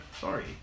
sorry